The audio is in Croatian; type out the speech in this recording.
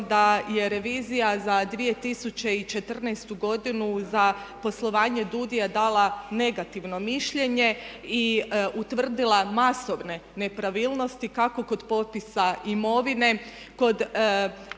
da je revizija za 2014. godinu za poslovanje DUUDI-a dala negativno mišljenje i utvrdila masovne nepravilnosti kako kod popisa imovine, kod